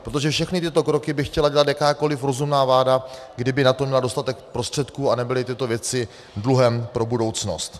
Protože všechny tyto kroky by chtěla dělat jakákoliv rozumná vláda, kdyby na to měla dostatek prostředků a nebyly tyto věci dluhem pro budoucnost.